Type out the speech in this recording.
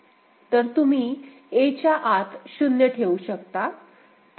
तर तुम्ही a च्या आत 0 ठेवू शकता